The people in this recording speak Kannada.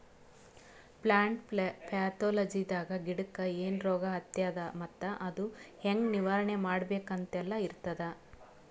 ಪ್ಲಾಂಟ್ ಪ್ಯಾಥೊಲಜಿದಾಗ ಗಿಡಕ್ಕ್ ಏನ್ ರೋಗ್ ಹತ್ಯಾದ ಮತ್ತ್ ಅದು ಹೆಂಗ್ ನಿವಾರಣೆ ಮಾಡ್ಬೇಕ್ ಅಂತೆಲ್ಲಾ ಇರ್ತದ್